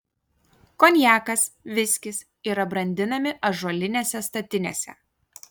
konjakas viskis yra brandinami ąžuolinėse statinėse